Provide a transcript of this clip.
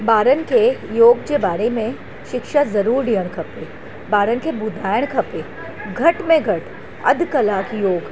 ॿारनि खे योगु जे बारे में शिक्षा ज़रूरु ॾियणु खपे ॿारनि खे ॿुधाइणु खपे घटि में घटि अधि कलाकु योगु